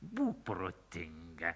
būk protinga